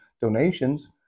donations